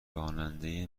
راننده